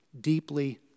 deeply